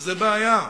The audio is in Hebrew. וזאת בעיה.